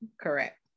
Correct